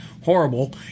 horrible